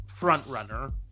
frontrunner